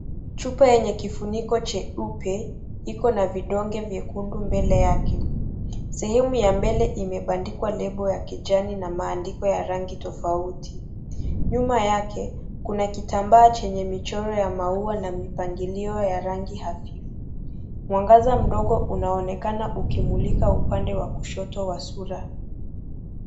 Chupa yenye kifuniko cheupe iko na vidonge vyekundu mbele yake. Sehemu ya mbele imebandikwa kebo ya kijani na maandiko ya rangi tofauti. Nyuma yake kuna kitambaa chenye michoro ya maua. Iko na vidonge vyekundu mbele yake. Sehemu ya mbele imebandikwa lebo ya kijani na maandiko ya rangi tofauti. Nyuma yake kunakitambaa chenye michoro ya maua na mpangilio ya rangi hafifu. Mwangaza mdogo unaonekana ukimulika upande wa kushoto wa sura.